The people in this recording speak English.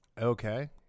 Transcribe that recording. Okay